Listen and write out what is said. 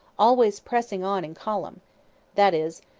always pressing on in column' that is,